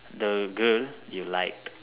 the girl you liked